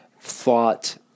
thought